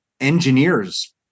engineers